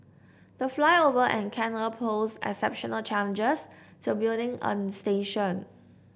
the flyover and canal posed exceptional challenges to building a station